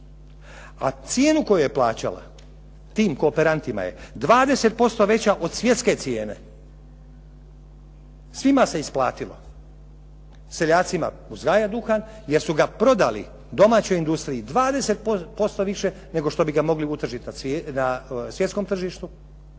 a cijenu koju je plaćala tim kooperantima je 20% veća od svjetske cijene. Svima se isplatilo. Seljacima uzgajati duhan jer su ga prodali domaćoj industriji 20% više, nego što bi ga mogli utržiti na svjetskom tržištu.